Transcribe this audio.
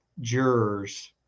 jurors